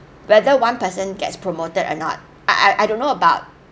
whether one person gets promoted or not I I don't know about